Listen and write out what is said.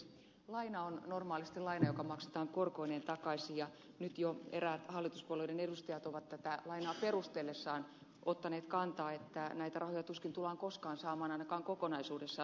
laina on normaalisti laina joka maksetaan korkoineen takaisin ja nyt jo eräät hallituspuolueiden edustajat ovat tätä lainaa perustellessaan ottaneet kantaa että näitä rahoja tuskin tullaan koskaan saamaan ainakaan kokonaisuudessaan takaisin